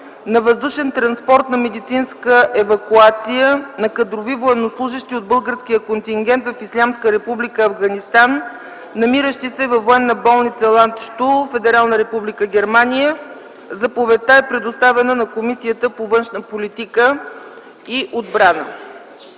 на въздушен транспорт на медицинска евакуация на кадрови военнослужещи от българския контингент в Ислямска република Афганистан, намиращи се във военна болница в „Ландщул”, Федерална република Германия. Заповедта е предоставена на Комисията по външната политика и отбрана.